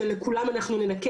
אנחנו לא מנכים לכולם,